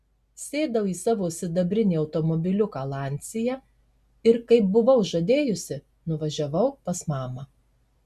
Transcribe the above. sėdau į savo sidabrinį automobiliuką lancia ir kaip buvau žadėjusi nuvažiavau pas mamą